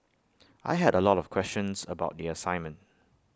I had A lot of questions about the assignment